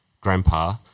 grandpa